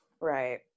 Right